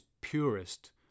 purest